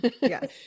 Yes